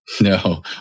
No